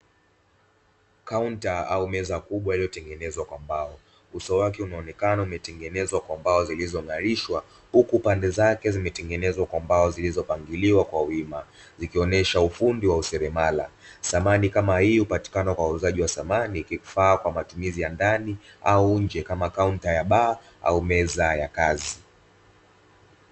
Kaunta au meza kubwa iliyotengenezwa kwa mbao uso wake umeonekana umetengenezwa kwa mbao zilizo ng`alishwa huku pande zake zimetengenezwa kwa mbao zilizopangiliwa kwa wima zikionyesha ufundi wa useremala, samani kama hii hupatikana kwa wauzaji wa samani ikikufaa kwa matumizi ya ndani au nje kama kaunta ya baa au meza ya kazi.